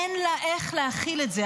אין לה איך להכיל את זה.